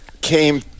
came